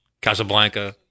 Casablanca